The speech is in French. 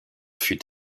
fut